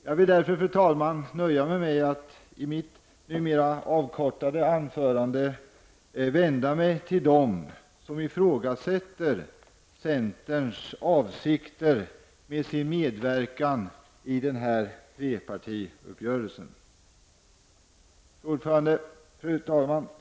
Jag nöjer mig därför, fru talman, med att i mitt något avkortade anförande vända mig till dem som ifrågasätter centerns avsikter med sin medverkan i trepartiuppgörelsen. Fru talman!